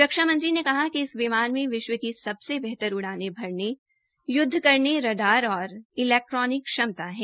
रक्षा मंत्री ने कहा कि इस विमान की सबसे बेहतर उड़ान भरने युद्ध करने रडार और इलैक्ट्रोनिक क्षमता है